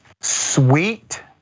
sweet